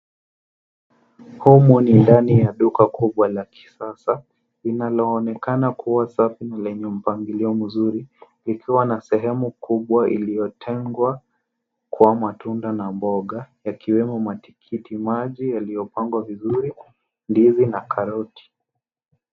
Humu ni ndani ya duka kubwa la kisasa inaloonekana kuwa safi lenye mpangilio mzuri ikiwa na sehemu kubwa iliyotengwa kwa matunda na mboga yakiwemo matikiti maji yaliyopangwa vizuri, ndizi na karoti.